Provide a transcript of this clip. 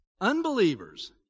Unbelievers